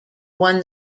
won